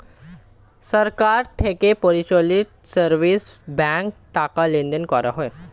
সরকার থেকে পরিচালিত সেভিংস ব্যাঙ্কে টাকা লেনদেন করা হয়